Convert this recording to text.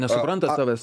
nesupranta tavęs